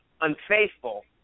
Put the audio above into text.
unfaithful